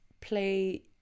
play